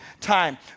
time